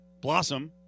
Blossom